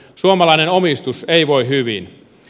suomalainen omistus ei voi hyvin